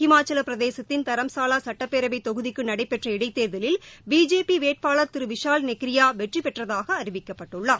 இமாச்சலப்பிரதேசத்தின் தரம்சாவா சட்டப்பேரவை தொகுதிக்கு நடைபெற்ற இடைத் தேர்தலில் பிஜேபி வேட்பாளர் திரு விஷால் நெக்ரியா வெற்றி பெற்றதாக அறிவிக்கப்பட்டுள்ளார்